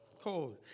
Cold